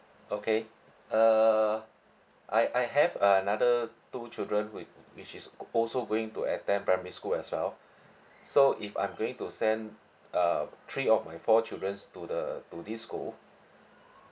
okay uh I I have another two children with which is also going to attend primary school as well so if I'm going to send uh three of my four childrens to the to this school